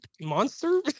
monster